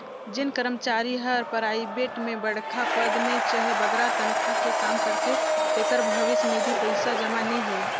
जेन करमचारी हर पराइबेट में बड़खा पद में चहे बगरा तनखा में काम करथे तेकर भविस निधि पइसा जमा नी होए